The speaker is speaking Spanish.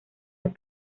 los